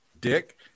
dick